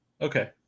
Okay